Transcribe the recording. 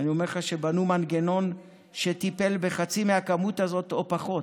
ואני אומר לך שבנו מנגנון שטיפל בחצי מהכמות הזאת או פחות,